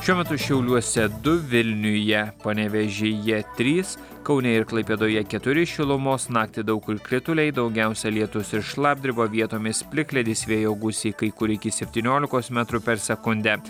šiuo metu šiauliuose du vilniuje panevėžyje trys kaune ir klaipėdoje keturi šilumos naktį daug kur krituliai daugiausia lietus ir šlapdriba vietomis plikledis vėjo gūsiai kai kur iki septyniolikos metrų per sekundę